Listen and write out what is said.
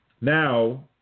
Now